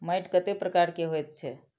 मैंट कतेक प्रकार के होयत छै?